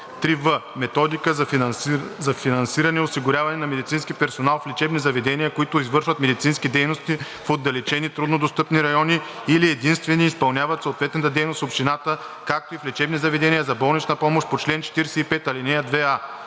3в. методика за финансиране осигуряване на медицински персонал в лечебни заведения, които извършват медицински дейности в отдалечени, труднодостъпни райони или единствени изпълняват съответната дейност в общината, както и в лечебни заведения за болнична помощ по чл. 45, ал. 2а.“